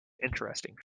interesting